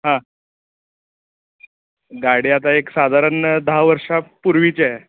हां गाडी आता एक साधारण दहा वर्षा पूर्वीची आहे